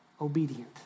obedient